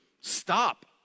Stop